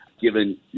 given